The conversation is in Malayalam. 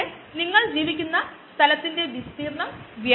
അല്ലെകിൽ നിങ്ങൾക്ക് ചാറിന്റെ ചില ഭാഗം നീക്കം ചെയ്യാൻ പറ്റിയേക്കും